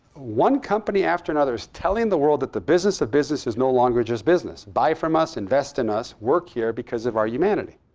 one company after another is telling the world that the business of business is no longer just business. buy from us, invest in us, work here because of our humanity.